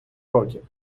років